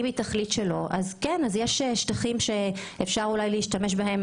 אם המדינה תחליט שלא אז יש שטחים שאפשר להשתמש בהם